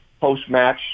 post-match